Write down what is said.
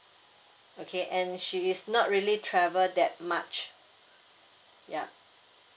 okay and she is not really travel that much ya